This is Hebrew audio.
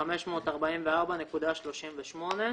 "544.38".